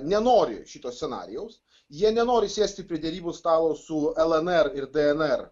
nenori šito scenarijaus jie nenori sėsti prie derybų stalo su el en er ir d en er